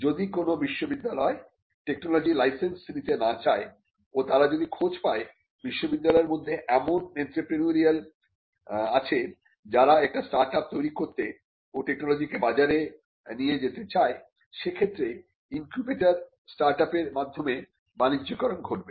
যদি কোন বিশ্ববিদ্যালয় টেকনোলজি র লাইসেন্স নিতে না চায় ও তারা যদি খোঁজ পায় বিশ্ববিদ্যালয়ের মধ্যে এমন এন্ত্রেপ্রেনিউরিয়াল আছে যারা একটি স্টার্টআপ তৈরি করতে ও টেকনোলজি কে বাজারে নিয়ে যেতে চায় সেক্ষেত্রে ইনকিউবেটর স্টার্টাপের মাধ্যমে বাণিজ্যকরণ ঘটবে